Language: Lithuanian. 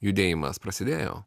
judėjimas prasidėjo